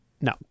No